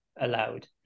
allowed